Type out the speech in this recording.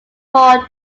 more